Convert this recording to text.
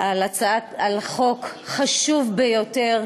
על חוק חשוב ביותר.